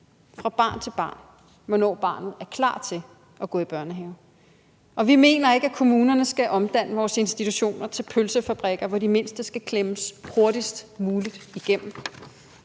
fra barn til barn, hvornår barnet er klar til at gå i børnehave, og vi mener ikke, at kommunerne skal omdanne vores institutioner til pølsefabrikker, hvor de mindste skal klemmes hurtigst muligt igennem.